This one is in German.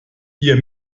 ihr